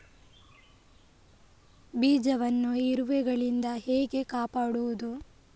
ಬೀಜವನ್ನು ಇರುವೆಗಳಿಂದ ಹೇಗೆ ಕಾಪಾಡುವುದು?